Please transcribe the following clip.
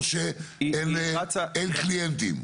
או שאין קליינטים?